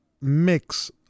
mix